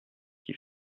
qui